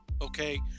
Okay